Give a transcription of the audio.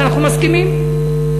אנחנו מסכימים.